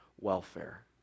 welfare